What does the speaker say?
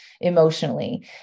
emotionally